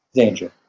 danger